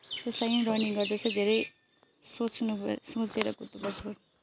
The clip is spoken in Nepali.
र सँगै रनिङ गर्दा चाहिँ धेरै सोच्नु सोचेर कुद्नुपर्छ